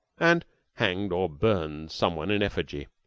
and hanged or burned some one in effigy.